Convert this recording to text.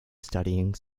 studying